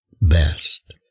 best